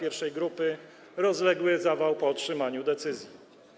I grupy, rozległy zawał po otrzymaniu decyzji.